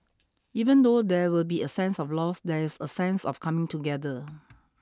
even though there will be a sense of loss there is a sense of coming together